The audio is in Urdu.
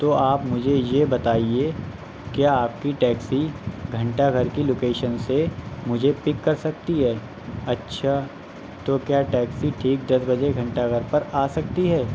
تو آپ مجھے یہ بتائیے کیا آپ کہ ٹیکسی گھنٹہ گھر کی لوکیشن سے مجھے پک کر سکتی ہے اچھا تو کیا ٹیکسی ٹھیک دس بجے گھنٹہ گھر پر آ سکتی ہے